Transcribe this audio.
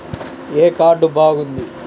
ఏ card బాగుంది?